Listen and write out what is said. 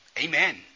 Amen